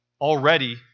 already